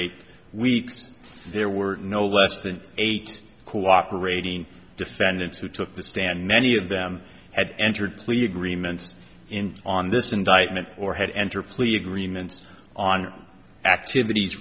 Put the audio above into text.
eight weeks there were no less than eight cooperating defendants who took the stand many of them had entered plea agreements in on this indictment or had enter plea agreements on activities